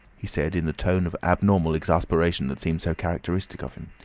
he said in the tone of abnormal exasperation that seemed so characteristic of him.